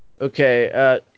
Okay